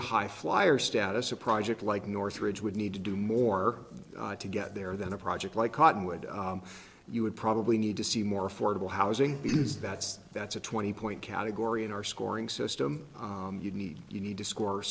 to high flier status a project like north ridge would need to do more to get there than a project like cottonwood you would probably need to see more affordable housing because that's that's a twenty point category in our scoring system you need you need to score